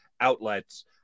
outlets